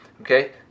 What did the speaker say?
okay